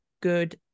good